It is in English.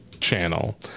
channel